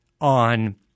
on –